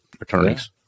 attorneys